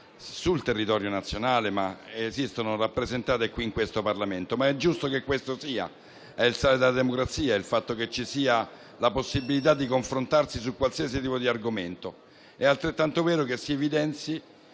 sul territorio nazionale e che sono rappresentate in Parlamento, ma è giusto che questo sia: è il sale della democrazia il fatto che ci sia la possibilità di confrontarsi su qualsiasi tipo di argomento e che ci siano